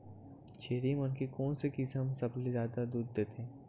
छेरी मन के कोन से किसम सबले जादा दूध देथे?